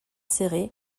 serré